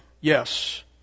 yes